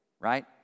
Right